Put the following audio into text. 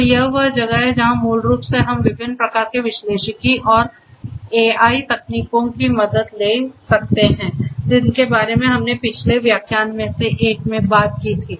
तो यह वह जगह है जहां मूल रूप से हम विभिन्न प्रकार के विश्लेषिकी और एआई तकनीकों की मदद ले सकते हैं जिनके बारे में हमने पिछले व्याख्यान में से एक में बात की थी